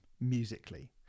musically